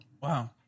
Wow